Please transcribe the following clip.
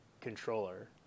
controller